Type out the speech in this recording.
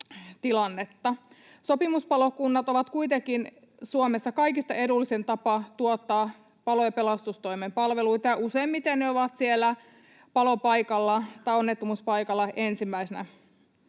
Sopimuspalokunnat ovat kuitenkin Suomessa kaikista edullisin tapa tuottaa palo- ja pelastustoimen palveluita, ja useimmiten ne ovat siellä palopaikalla tai onnettomuuspaikalla ensimmäisenä.